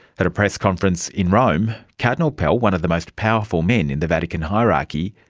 at a press conference in rome, cardinal pell, one of the most powerful men in the vatican hierarchy,